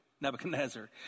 Nebuchadnezzar